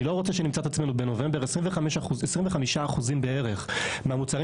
אני לא רוצה שנמצא את עצמנו בנובמבר בערך 25% מהמוצרים